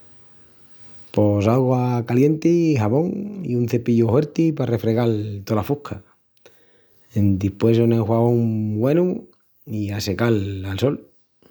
Pos augua calienti i xabón i un cepillu huerti pa refregal tola fusca. Endispués un enxuagón güenu i a secal al sol.